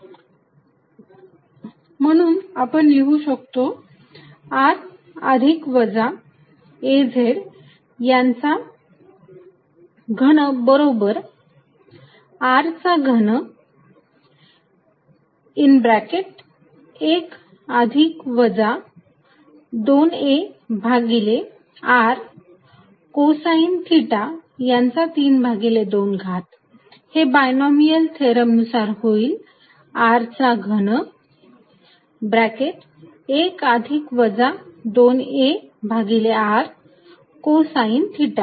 raz≅r1±2arcosθ12 म्हणून आपण लिहू शकतो r अधिक वजा az यांचा घन बरोबर r चा घन 1 अधिक वजा 2a भागिले r कोसाइन थिटा यांचा 32 घात जे बायनॉमियल थेरम नुसार होईल r चा घन 1 अधिक वजा 2a भागिले r कोसाइन थिटा